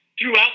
throughout